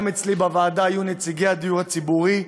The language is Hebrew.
גם אצלי בוועדה היו נציגי הזכאים לדיור ציבורי,